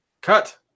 Cut